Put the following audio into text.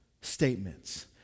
statements